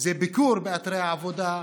זה ביקור באתרי עבודה,